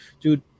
dude